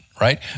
right